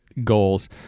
goals